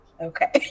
Okay